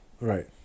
Right